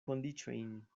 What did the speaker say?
kondiĉojn